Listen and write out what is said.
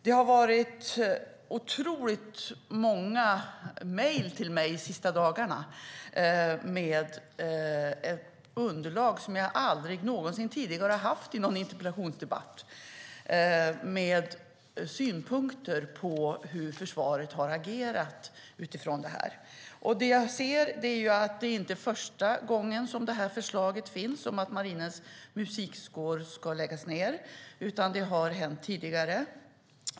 Det har kommit otroligt många mejl till mig de senaste dagarna, och det har gett mig ett underlag som jag aldrig någonsin tidigare har haft i en interpellationsdebatt. Mejlen innehåller synpunkter på hur försvaret har agerat utifrån det här. Det jag ser är att det inte är första gången som det här förslaget finns om att Marinens Musikkår ska läggas ned, utan det har hänt tidigare.